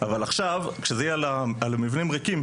אבל עכשיו כשזה יהיה על המבנים ריקים,